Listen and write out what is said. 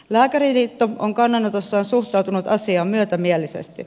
lääkäriliitto on kannanotossaan suhtautunut asiaan myötämielisesti